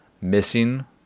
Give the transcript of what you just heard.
missing